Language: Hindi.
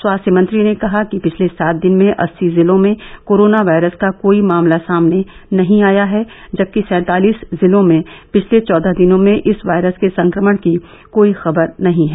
स्वास्थ्य मंत्री ने कहा कि पिछले सात दिन में अस्सी जिलों में कोरोना वायरस का कोई मामला सामने नहीं आया है जबकि सैंतालिस जिलों में पिछले चौदह दिनों में इस वायरस के संक्रमण की कोई खबर नहीं है